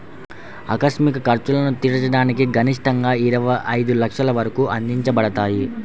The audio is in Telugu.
ఆకస్మిక ఖర్చులను తీర్చడానికి గరిష్టంగాఇరవై ఐదు లక్షల వరకు అందించబడతాయి